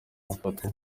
afatwa